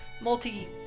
Multi